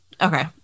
Okay